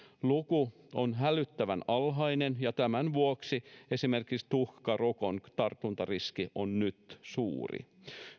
luku on hälyttävän alhainen ja tämän vuoksi esimerkiksi tuhkarokon tartuntariski on nyt suuri